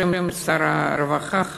בשם שר הרווחה,